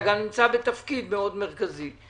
אתה גם נמצא בתפקיד מאוד מרכזי.